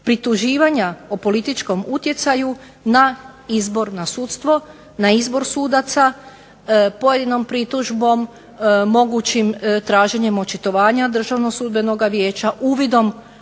prituživanja o političkom utjecaju na izbor, na sudstvo, na izbor sudaca, pojedinom pritužbom mogućim traženjem očitovanja državnog sudbenog vijeća, uvidom